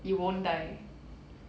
you won't die